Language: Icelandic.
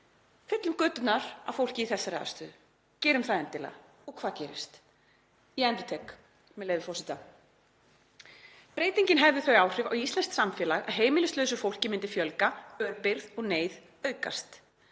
Fyllum göturnar af fólk í þessari aðstöðu, gerum það endilega. Og hvað gerist? Ég endurtek, með leyfi forseta: „Breytingin hefði þau áhrif á íslenskt samfélag að heimilislausu fólki myndi fjölga, örbirgð og neyð aukast.